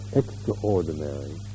extraordinary